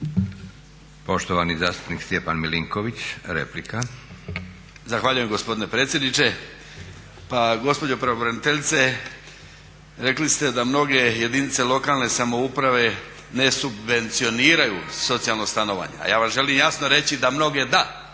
Poštovani zastupnik Stjepan Milinković, replika. **Milinković, Stjepan (HDZ)** Zahvaljujem gospodine predsjedniče. Pa gospođo pravobraniteljice, rekli ste da mnoge jedinice lokalne samouprave ne subvencioniraju socijalno stanovanje, a ja vam želim jasno reći da mnoge da,